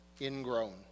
ingrown